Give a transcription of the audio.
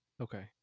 Okay